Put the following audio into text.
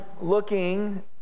looking